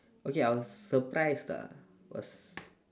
okay I was surprised ah was